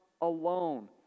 alone